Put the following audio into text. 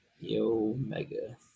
Yo-Mega